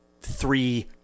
three